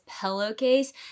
pillowcase